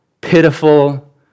pitiful